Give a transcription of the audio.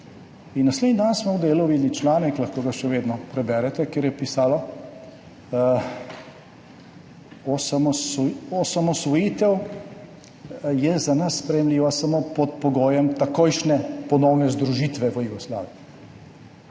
In naslednji dan smo v Delu videli članek, lahko ga še vedno preberete, kjer je pisalo: »Osamosvojitev je za nas sprejemljiva samo pod pogojem takojšnje ponovne združitve v Jugoslaviji«.